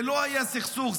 זה לא היה סכסוך,